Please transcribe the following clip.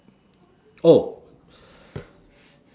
oh